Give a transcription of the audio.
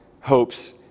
hopes